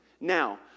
Now